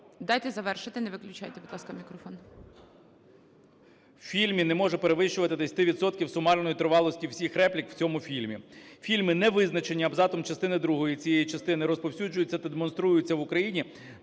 Дайте завершити. Не виключайте, будь ласка, мікрофон.